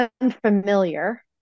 unfamiliar